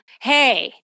hey